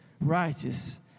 righteous